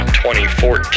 2014